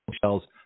shells